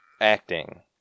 Acting